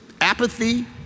apathy